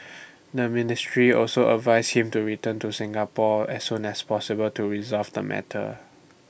the ministry also advised him to return to Singapore as soon as possible to resolve the matter